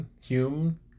Hume